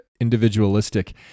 individualistic